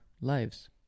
lives